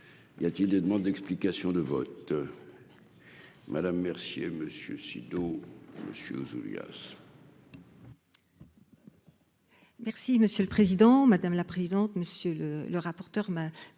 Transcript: Y a-t-il des demandes d'explications de vote Madame Mercier monsieur Sido monsieur Julia. Merci monsieur le président, madame la présidente, monsieur le le rapporteur